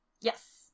Yes